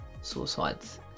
suicides